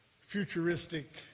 futuristic